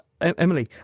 Emily